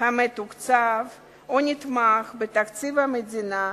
המתוקצב או נתמך מתקציב המדינה,